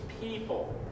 people